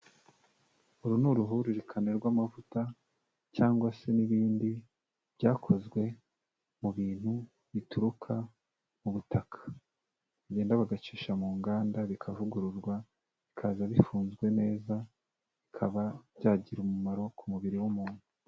Uru ni uruhuririkane rw'amavuta cyangwa se n'ibindi byakozwe mu bintu bituruka mu butaka bagenda bagacisha mu nganda bikavugururwa bikaza bifunzwe neza bikaba byagira umumaro ku mubiri w'umuntu.